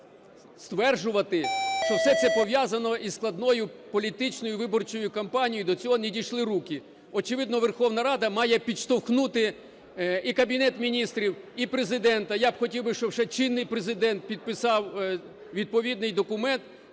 би стверджувати, що все це пов'язано із складною політичною виборчою кампанією, і до цього не дійшли руки. Очевидно, Верховна Рада має підштовхнути і Кабінет Міністрів і Президента. І я б хотів, щоб ще чинний Президент підписав відповідний документ,